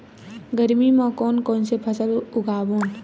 गरमी मा कोन कौन से फसल उगाबोन?